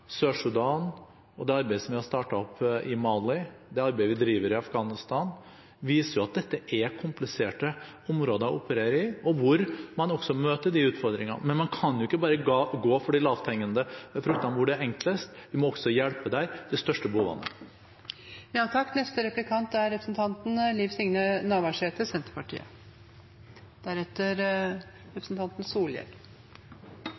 det arbeidet som vi har startet opp i Mali, og det arbeidet vi driver i Afghanistan, viser at dette er kompliserte områder å operere i, og hvor man også møter utfordringer. Men man kan jo ikke bare gå for de lavthengende frontene, hvor det er enklest. Vi må også hjelpe der de største